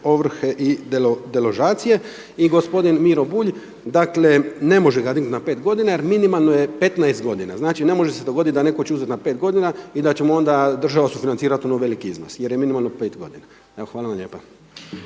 ovrhe i deložacije. I gospodin Miro Bulj, dakle ne može ga dignuti na pet godina jer minimalno je 15 godina, znači ne može se dogoditi da će neko uzeti na pet godina i da će mu onda država sufinancirati … velik iznos jer je minimalno pet godina. Evo hvala vam lijepa.